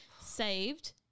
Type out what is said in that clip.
saved